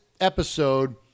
episode